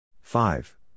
Five